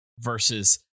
Versus